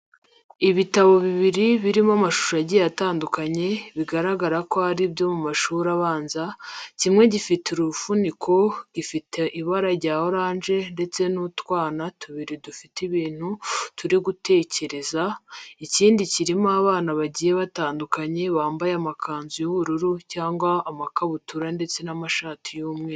Ibitabo bibiri birimo amashusho agiye atandukanye, bigaragara ko ari ibyo mu mashuri abanza, kimwe gifite igifuniko gifite ibara rya oranje ndetse n'utwana tubiri dufite ibintu turi gutekereza, ikindi kirimo abana bagiye batandukanye bambaye amakanzu y'ubururu cyangwa amakabutura ndetse n'amashati y'umweru.